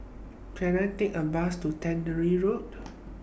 Can I Take A Bus to Tannery Road